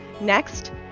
Next